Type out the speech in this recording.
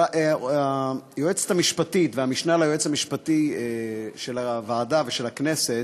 היועצת המשפטית והמשנה ליועץ המשפטי של הוועדה ושל הכנסת,